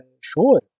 sure